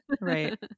Right